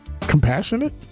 compassionate